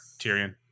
Tyrion